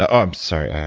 ah i'm sorry. i